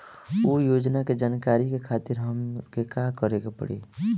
उ योजना के जानकारी के खातिर हमके का करे के पड़ी?